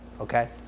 okay